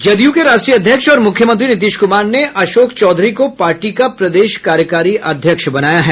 जदयू के राष्ट्रीय अध्यक्ष और मूख्यमंत्री नीतीश कुमार ने अशोक चौधरी को पार्टी का प्रदेश कार्यकारी अध्यक्ष बनाया है